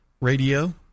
radio